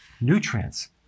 nutrients